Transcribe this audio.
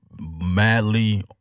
Madly